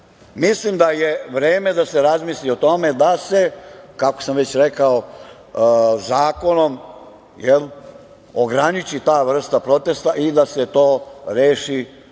itd. Mislim da je vreme da se razmisli o tome da se, kako sam već rekao, zakonom ograniči ta vrsta protesta i da se to reši